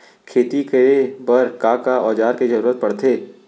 खेती करे बर का का औज़ार के जरूरत पढ़थे?